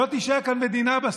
לא תישאר כאן מדינה בסוף.